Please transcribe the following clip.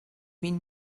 vint